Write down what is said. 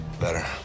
Better